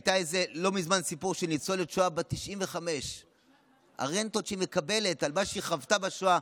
היה לא מזמן סיפור של ניצולת שואה בת 95. הרנטות שהיא מקבלת על מה שהיא חוותה בשואה,